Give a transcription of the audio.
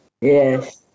Yes